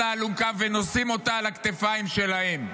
לאלונקה ונושאים אותה על הכתפיים שלהם.